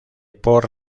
por